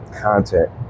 content